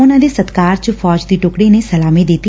ਉਨਾ ਦੇ ਸਤਿਕਾਰ ਚ ਫੌਜ ਦੀ ਟੁਕੜੀ ਨੇ ਸਲਾਮੀ ਦਿੱਤੀ